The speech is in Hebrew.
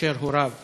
כאשר הוריו